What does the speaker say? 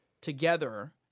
together